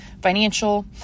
financial